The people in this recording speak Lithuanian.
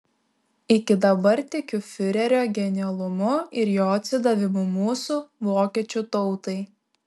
iki dabar tikiu fiurerio genialumu ir jo atsidavimu mūsų vokiečių tautai